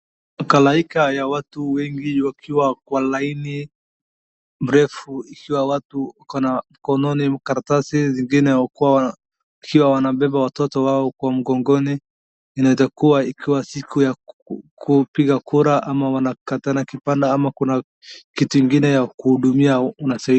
Halaika ya watu wengi wakiwa kwa laini mrefu, ikiwa watu iko na mkononi karatasi, zingine wakiwa wanabeba watoto wao kwa mgongoni, inaeza kua ikiwa siku ya kupiga kura ama wanakatana kibanda, ama kuna kitu ingine ya kuhudumia wananchi.